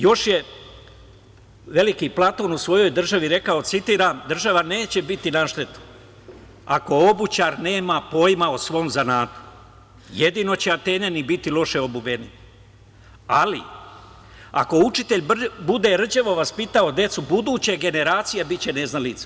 Još je veliki Platon u svojoj državi rekao: „Država neće biti na šteti ako obućar nema pojma o svom zanatu, jedino će Atinjani biti loše obuveni, ali ako učitelj bude rđavo vaspitao decu buduće genaricija biće neznalica“